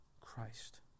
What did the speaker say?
Christ